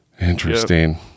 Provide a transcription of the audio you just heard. Interesting